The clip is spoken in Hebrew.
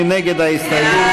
מי נגד ההסתייגות?